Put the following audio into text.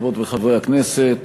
חברות וחברי הכנסת,